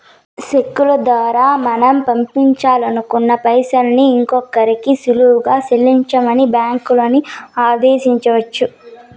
చెక్కుల దోరా మనం పంపాలనుకున్న పైసల్ని ఇంకోరికి సులువుగా సెల్లించమని బ్యాంకులని ఆదేశించొచ్చు